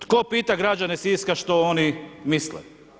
Tko pita građane Siska što oni misle?